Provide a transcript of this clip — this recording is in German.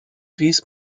wies